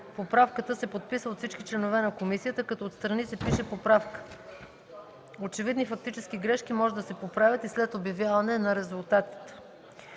Поправката се подписва от всички членове на комисията, като отстрани се пише „поправка”. Очевидни фактически грешки може да се поправят и след обявяване на резултата.